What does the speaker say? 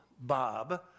Bob